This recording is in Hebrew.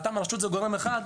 מבחינתם הרשות זה גורם אחד,